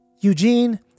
Eugene